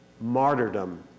martyrdom